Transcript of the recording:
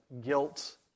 guilt